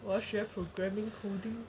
我要学 programming coding